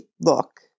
look